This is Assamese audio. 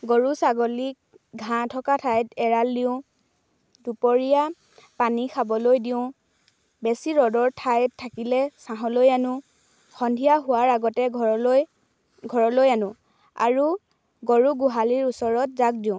গৰু ছাগলীক ঘাঁহ থকা ঠাইত এৰাল দিওঁ দুপৰীয়া পানী খাবলৈ দিওঁ বেছি ৰ'দৰ ঠাইত থাকিলে ছাঁহলৈ আনো সন্ধিয়া হোৱাৰ আগতে ঘৰলৈ ঘৰলৈ আনো আৰু গৰু গোহালিৰ ওচৰত জাক দিওঁ